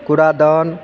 कूड़ादान